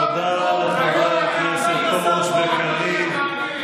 תודה לחברי הכנסת פרוש וקריב.